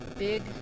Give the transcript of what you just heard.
big